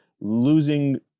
losing